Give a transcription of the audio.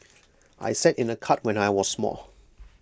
I sat in A cart when I was small